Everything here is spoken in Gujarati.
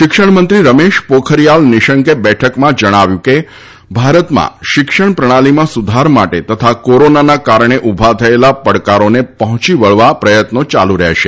શિક્ષણ મંત્રી રમેશ પોખરીયાલ નિશંકે બેઠકમાં જણાવ્યું કે ભારતમાં શિક્ષણ પ્રણાલીમાં સુધાર માટે તથા કોરોના ના કારણે ઉભા થયેલા પડકારોને પહોંચી વળવા પ્રયત્નો ચાલુ રહેશે